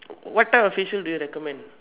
what type of facial do you recommend